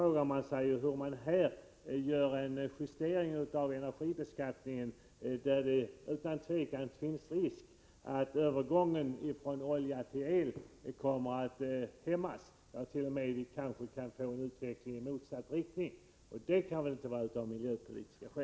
Varför görs det en justering av energibeskattningen, när det utan tvivel finns en risk för att övergången från olja till el kommer att hämmas? Det kant.o.m. bli en utveckling i motsatt riktning. Under sådana förhållanden kan skälen inte vara miljöpolitiska.